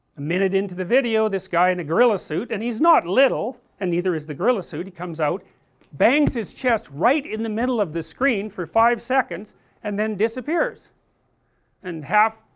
minute into the video this guy in a gorilla suit, and he is not little, and neither is the gorilla suit, and he comes out bangs his chest right in the middle of the screen for five seconds and then disappears and half,